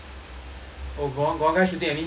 oh got one got one guy shooting at me